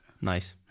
Nice